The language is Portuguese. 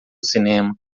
cinema